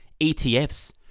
ETFs